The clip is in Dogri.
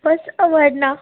बस अवारना